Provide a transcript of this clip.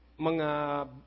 mga